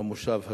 במושב הזה.